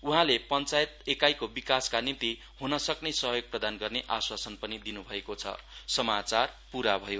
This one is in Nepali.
उहाँले पञ्चायत एकाईको विकासका निम्ति हनसक्ने सहयोग प्रदान गर्न आस्वासन पनि दिन् भयो